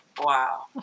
wow